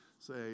Say